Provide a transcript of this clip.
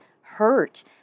hurt